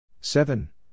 seven